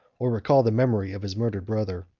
or recall the memory of his murdered brother.